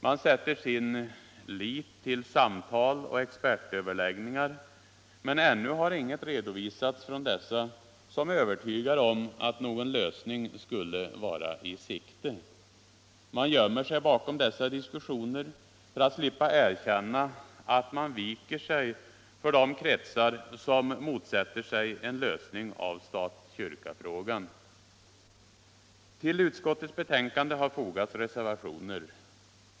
Man sätter sin lit till samtal och expertöverläggningar, men ännu har inget redovisats från dessa som övertygar om att någon lösning skulle vara i sikte. Man gömmer sig bakom dessa diskussioner för att slippa erkänna att man viker sig för de kretsar som motsätter sig en lösning av stat-kyrka-frågan. Till utskottets betänkande har fogats reservationer.